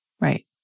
Right